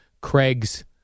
Craig's